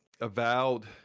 Avowed